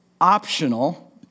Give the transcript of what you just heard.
optional